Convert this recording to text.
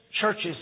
churches